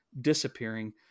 disappearing